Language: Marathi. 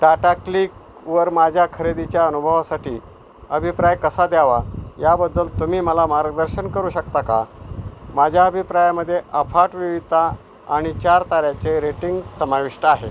टाटा क्लीक वर माझ्या खरेदीच्या अनुभवासाठी अभिप्राय कसा द्यावा याबद्दल तुम्ही मला मार्गदर्शन करू शकता का माझ्या अभिप्रायामध्ये अफाट विविधता आणि चार ताऱ्यांचे रेटिंग समाविष्ट आहे